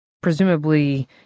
presumably